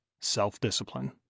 self-discipline